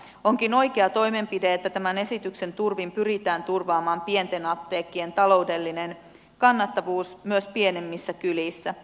onkin oikea toimenpide että tämän esityksen turvin pyritään turvaamaan pienten apteekkien taloudellinen kannattavuus myös pienemmissä kylissä